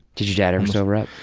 did you dad ever sober up?